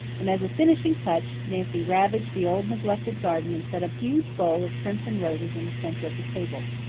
and, as a finishing touch, nancy ravaged the old neglected garden and set a huge bowl of crimson roses in the centre of the table.